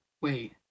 Wait